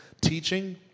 teaching